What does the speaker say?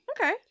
Okay